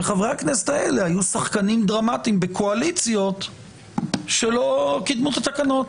וחברי הכנסת האלה היו שחקנים דרמטיים בקואליציות שלא קידמו את התקנות.